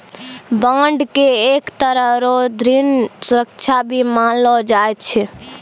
bond के एक तरह रो ऋण सुरक्षा भी मानलो जाय छै